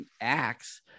acts